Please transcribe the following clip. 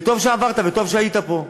וטוב שעברת וטוב שאתה פה.